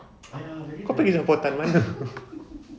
kau pergi jemputan mana